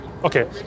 Okay